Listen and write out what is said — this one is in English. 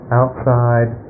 outside